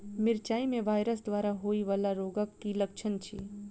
मिरचाई मे वायरस द्वारा होइ वला रोगक की लक्षण अछि?